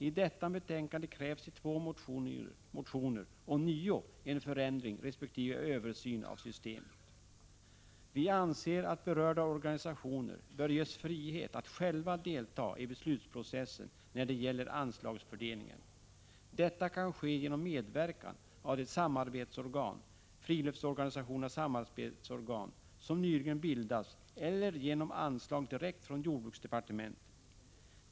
I detta betänkande krävs i två motioner ånyo en förändring och en översyn av systemet. Vi anser att de berörda organisationerna bör ges frihet att själva delta i beslutsprocessen när det gäller anslagsfördelningen. Detta kan ske genom medverkan av det samarbetsorgan, Friluftsorganisationernas samarbetsorgan, som nyligen bildats eller genom anslag direkt från jordbruksdepartementet.